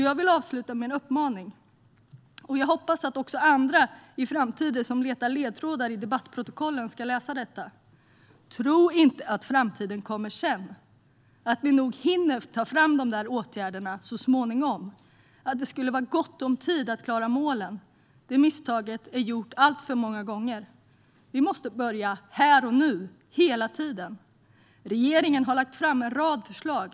Jag vill avsluta med en uppmaning, och jag hoppas att andra som i framtiden letar efter ledtrådar i debattprotokollen ska läsa detta: Tro inte att framtiden kommer sedan, att vi nog hinner ta fram de där åtgärderna så småningom och att det skulle vara gott om tid att klara målen! Det misstaget är gjort alltför många gånger. Vi måste börja här och nu, hela tiden. Regeringen har lagt fram en rad förslag.